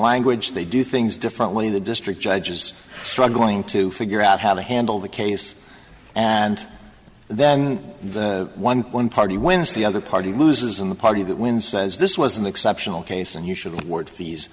language they do things differently the district judge is struggling to figure out how to handle the case and then the one one party wins the other party loses in the party that wins says this was an exceptional case and